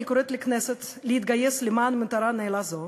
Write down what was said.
אני קוראת לכנסת להתגייס למען מטרה נעלה זו